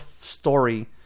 story